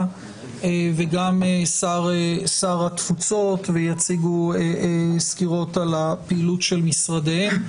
וגם שר התפוצות ויציגו סקירות על הפעילות של משרדיהם.